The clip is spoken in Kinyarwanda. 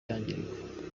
cyangirika